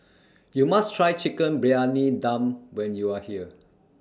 YOU must Try Chicken Briyani Dum when YOU Are here